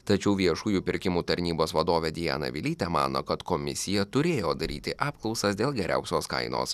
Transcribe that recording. tačiau viešųjų pirkimų tarnybos vadovė diana vilytė mano kad komisija turėjo daryti apklausas dėl geriausios kainos